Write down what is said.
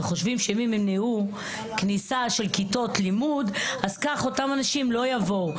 וחושבים שאם הם ימנעו כניסה של כיתות לימוד אז כך אותם אנשים לא יבואו,